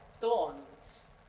Thorns